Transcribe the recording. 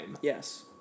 Yes